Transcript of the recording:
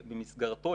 במסגרתו,